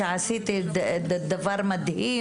שעשיתי דבר מדהים